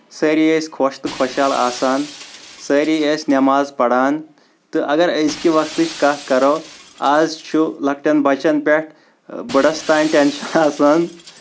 سٲری ٲسۍ خۄش تہٕ خۄش حال آسان سٲری ٲسۍ نیماز پَران تہٕ اَگر أزکہِ وقتٕچ کَتھ کرو آز چھُ لۄکٹیٚن بَچن پٮ۪ٹھ بٔڈس تام ٹیٚنشن آسان